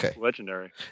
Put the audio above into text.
legendary